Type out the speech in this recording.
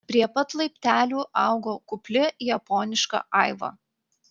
prie pat laiptelių augo kupli japoniška aiva